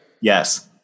Yes